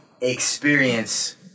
experience